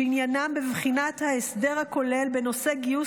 שעניינן בחינת ההסדר הכולל בנושא גיוס